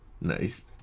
Nice